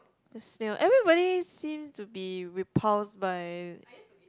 the smell everybody seems to be repulsed by